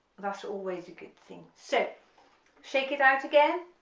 that's always a good thing, so shake it out again